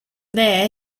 there